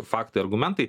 faktai argumentai